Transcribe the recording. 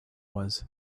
was